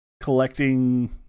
collecting